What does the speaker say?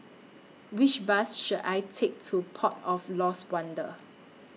Which Bus should I Take to Port of Lost Wonder